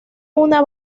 una